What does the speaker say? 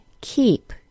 keep